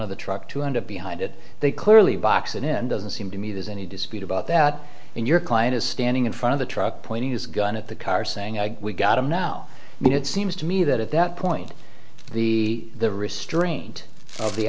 of the truck to end up behind it they clearly boxen in doesn't seem to me there's any dispute about that and your client is standing in front of the truck pointing his gun at the car saying we got him now and it seems to me that at that point the restraint of the